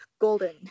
golden